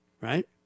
Right